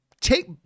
take